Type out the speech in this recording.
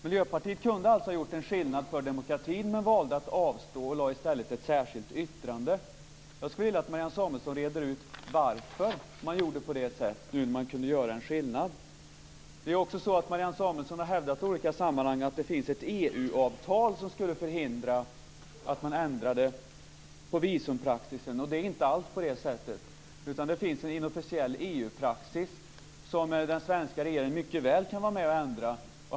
Miljöpartiet kunde alltså ha agerat till förmån för demokratin men valde att avstå och lade i stället fram ett särskilt yttrande. Jag skulle vilja att Marianne Samuelsson reder ut varför man gjorde på det sättet när man kunde ha gjort annorlunda. Det är också så att Marianne Samuelsson har hävdat i olika sammanhang att det finns ett EU-avtal som skulle förhindra att man ändrade visumpraxisen. Det är inte alls på det sättet. Det finns en inofficiell EU praxis som den svenska regeringen mycket väl kan vara med och ändra.